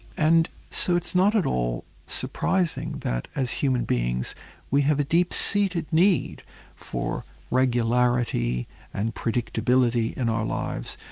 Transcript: and so it's not at all surprising that as human beings we have a deep-seated need for regularity and predictability in our lives,